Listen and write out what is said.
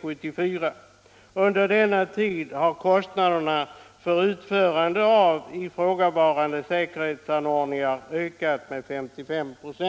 74. Under denna tid har kostnaderna för utförande av ifrågavarande säkerhetsanordningar ökat med 55 96.